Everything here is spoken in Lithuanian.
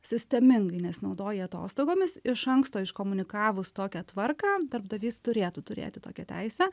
sistemingai nesinaudoja atostogomis iš anksto iškomunikavus tokią tvarką darbdavys turėtų turėti tokią teisę